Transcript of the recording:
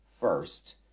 first